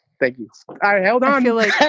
thank you i held on to life.